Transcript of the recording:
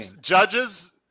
Judges